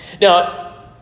Now